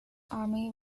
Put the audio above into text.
army